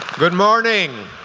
good morning.